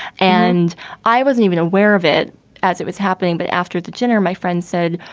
and i wasn't even aware of it as it was happening. but after the dinner, my friend said,